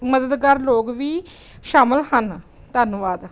ਮਦਦਗਾਰ ਲੋਕ ਵੀ ਸ਼ਾਮਿਲ ਹਨ ਧੰਨਵਾਦ